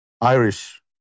Irish